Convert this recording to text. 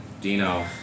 Dino